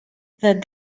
that